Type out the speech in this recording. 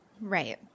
Right